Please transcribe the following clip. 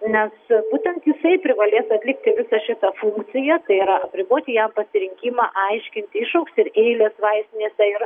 nes būtent jisai privalės atlikti visą šitą funkciją tai yra apriboti ja pasirinkimą aiškinti išaugs ir eilės vaistinėse ir